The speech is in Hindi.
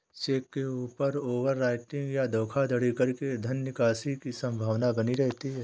चेक के ऊपर ओवर राइटिंग या धोखाधड़ी करके धन निकासी की संभावना बनी रहती है